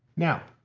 now,